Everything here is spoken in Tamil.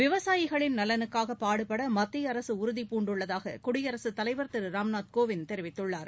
விவசாயிகளின் நலனுக்காக பாடுபட மத்திய அரசு உறுதி பூண்டுள்ளதாக குடியரசுத் தலைவா் திரு ராம்நாத் கோவிந்த் தெரிவித்துள்ளார்